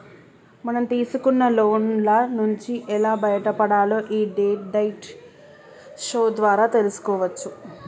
మనం తీసుకున్న లోన్ల నుంచి ఎలా బయటపడాలో యీ డెట్ డైట్ షో ద్వారా తెల్సుకోవచ్చు